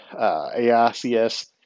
AICS